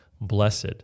blessed